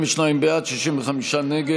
אתה מחלק איזשהו משקל: אתה רוצה 10% על פוליטיקה,